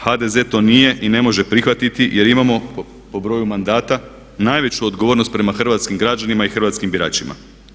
HDZ to nije i ne može prihvatiti jer imamo po broju mandata najveću odgovornost prema hrvatskim građanima i hrvatskim biračima.